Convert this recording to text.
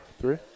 Three